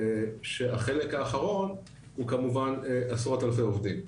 שהחלק האחרון הוא כמובן עשרות אלפי עובדים.